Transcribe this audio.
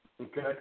Okay